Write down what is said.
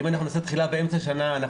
אם אנחנו נעשה תחילה באמצע שנה אנחנו